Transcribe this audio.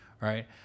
right